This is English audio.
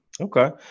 Okay